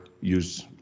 use